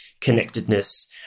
connectedness